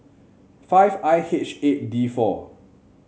five I H eight D four